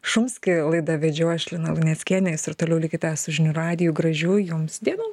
šumskį laidą vedžiau aš lina luneckienė jūs ir toliau likite su žinių radiju gražių jums dienų